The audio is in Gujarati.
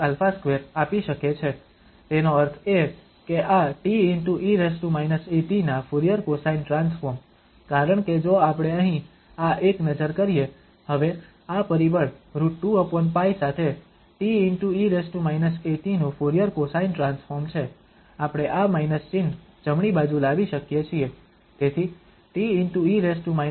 તેનો અર્થ એ કે આ te−at ના ફુરીયર કોસાઇન ટ્રાન્સફોર્મ કારણ કે જો આપણે અહીં આ એક નજર કરીએ હવે આ પરિબળ √2π સાથે t e−at નું ફુરીયર કોસાઇન ટ્રાન્સફોર્મ છે આપણે આ માઇનસ ચિહ્ન જમણી બાજુ લાવી શકીએ છીએ